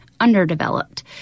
underdeveloped